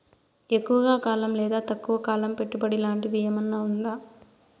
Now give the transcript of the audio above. ఎక్కువగా కాలం లేదా తక్కువ కాలం పెట్టుబడి లాంటిది ఏమన్నా ఉందా